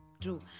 true